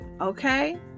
Okay